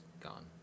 gone